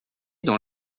dans